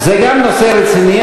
זה גם נושא רציני,